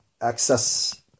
access